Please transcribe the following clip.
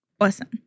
Awesome